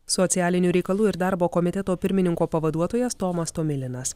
socialinių reikalų ir darbo komiteto pirmininko pavaduotojas tomas tomilinas